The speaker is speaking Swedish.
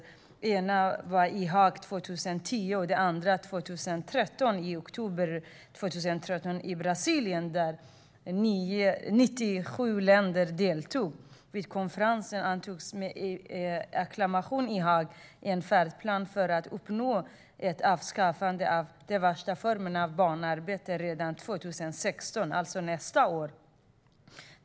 Den ena var i Haag 2010, och den andra var i oktober 2013 i Brasilien där 97 länder deltog. Vid konferensen i Haag antogs med acklamation en färdplan för att uppnå ett avskaffande av de värsta formerna av barnarbete redan 2016, det vill säga nästa år.